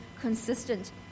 consistent